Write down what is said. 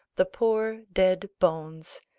the poor dead bones,